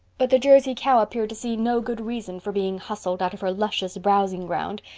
but the jersey cow appeared to see no good reason for being hustled out of her luscious browsing ground.